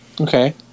Okay